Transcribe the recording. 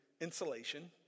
insulation